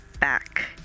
back